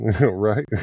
Right